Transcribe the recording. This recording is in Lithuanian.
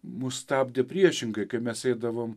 mus stabdė priešingai kai mes eidavom